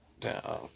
down